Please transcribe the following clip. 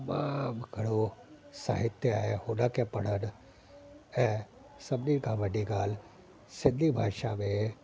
तमामु घणो साहित्य आहे उन खे पढ़नि ऐं सभिनी खां वॾी ॻाल्हि सिंधी भाषा में